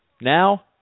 Now